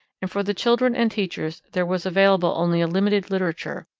and for the children and teachers there was available only a limited literature,